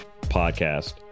Podcast